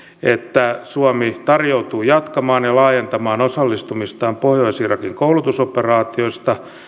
että suomi tarjoutuu jatkamaan ja laajentamaan osallistumistaan pohjois irakin koulutusoperaatioihin